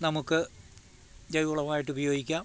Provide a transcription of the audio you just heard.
നമുക്ക് ജൈവ വളമായിട്ടുപയോഗിക്കാം